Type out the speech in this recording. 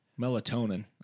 melatonin